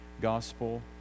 gospel